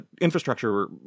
infrastructure